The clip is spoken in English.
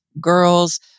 girls